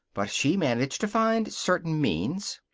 but she managed to find certain means.